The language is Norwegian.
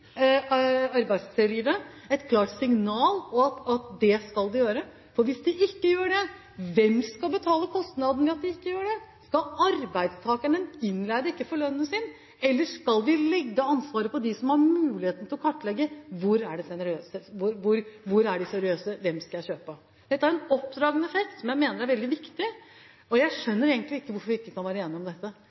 arbeidslivet et klart signal om at det skal de gjøre. For hvis de ikke gjør det, hvem skal betale kostnaden ved det? Skal arbeidstakeren, den innleide, ikke få lønnen sin? Eller skal vi legge ansvaret på dem som har muligheten til å kartlegge hvor de seriøse er? Og hvem skal jeg kjøpe av? Dette har en oppdragende effekt, som jeg mener er veldig viktig. Jeg skjønner egentlig ikke hvorfor vi ikke kan være enige om dette,